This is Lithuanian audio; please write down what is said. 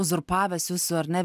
uzurpavęs jūsų ar ne